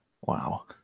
wow